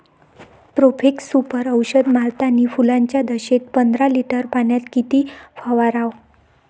Profex Super औषध मारतानी फुलाच्या दशेत पंदरा लिटर पाण्यात किती फवाराव?